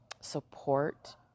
support